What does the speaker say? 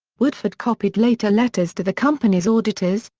woodford copied later letters to the company's auditors,